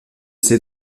ses